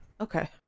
Okay